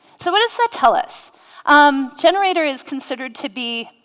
so what does that tell us um generator is considered to be